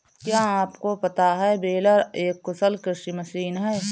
क्या आपको पता है बेलर एक कुशल कृषि मशीन है?